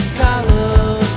colors